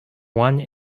one